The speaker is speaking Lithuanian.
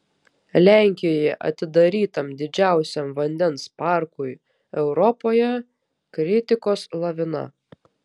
lenkijoje atidarytam didžiausiam vandens parkui europoje kritikos lavina